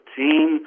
team